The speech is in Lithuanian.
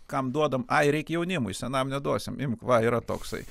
kam duodam ai reik jaunimui senam neduosim imk va yra toksai